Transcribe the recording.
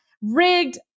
rigged